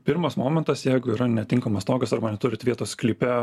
pirmas momentas jeigu yra netinkamas stogas arba neturit vietos sklype